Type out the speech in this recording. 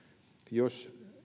jos